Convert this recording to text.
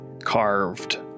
carved